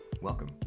welcome